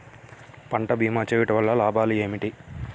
పంట భీమా చేయుటవల్ల లాభాలు ఏమిటి?